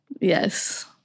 Yes